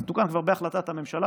זה תוקן כבר בהחלטת הממשלה,